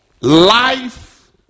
life